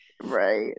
right